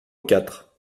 quatre